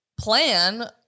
plan